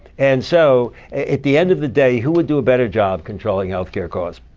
and so at the end of the day, who would do a better job controlling health care costs,